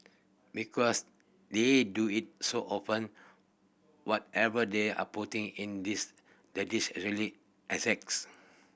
because they do it so often whatever they are putting in this the dish actually